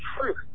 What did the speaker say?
truth